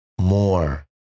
more